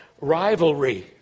rivalry